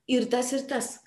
ir tas ir tas